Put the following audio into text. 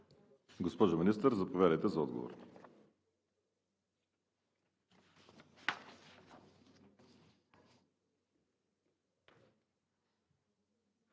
Госпожо Министър, заповядайте за отговор.